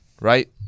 right